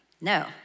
No